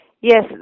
Yes